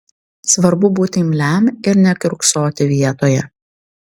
svarbu būti imliam ir nekiurksoti vietoje